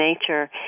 nature